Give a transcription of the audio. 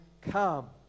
come